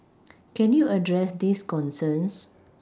can you address these concerns